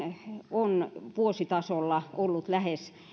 on vuositasolla ollut lähes